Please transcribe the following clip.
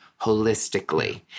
holistically